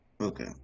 Okay